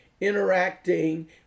interacting